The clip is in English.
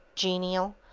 genial,